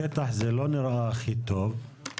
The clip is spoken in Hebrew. בשטח זה לא נראה הכי טוב.